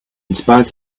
spite